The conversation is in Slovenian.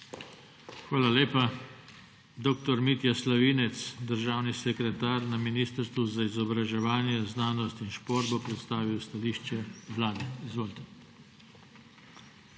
Hvala lepa. Dr. Mitja Slavinec, državni sekretar Ministrstva za izobraževanje, znanost in šport, bo predstavil stališče Vlade. DR.